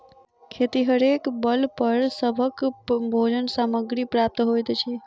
खेतिहरेक बल पर सभक भोजन सामग्री प्राप्त होइत अछि